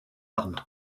armes